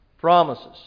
promises